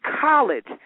college